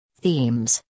Themes